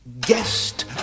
guest